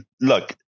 look